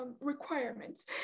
requirements